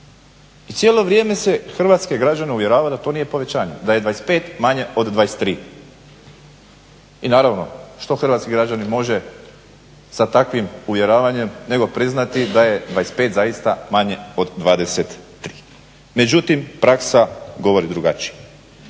I cijelo vrijeme se hrvatske građane uvjerava da to nije povećanje da je 25 manje o 23. I naravno što hrvatski građanin može sa takvim uvjeravanjem nego priznati da je 25 zaista manje od 23. Međutim praksa govori drugačije.